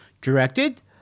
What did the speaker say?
directed